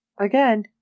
again